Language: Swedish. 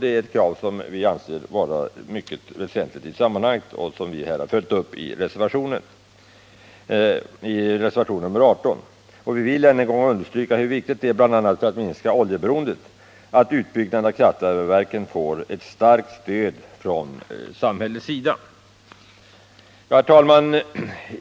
Det är ett krav som vi anser vara mycket väsentligt i sammanhanget och som vi har följt upp i reservation nr 18. Och jag vill än en gång understryka hur viktigt det är, bl.a. för att minska oljeberoendet, att utbyggnaden av kraftvärmeverken får ett starkt stöd från samhällets sida. Herr talman!